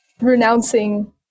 renouncing